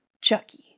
Chucky